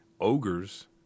ogres